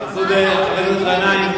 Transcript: חבר הכנסת מסעוד גנאים,